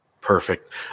Perfect